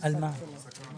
ועדת הכספים ירושלים,